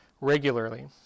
regularly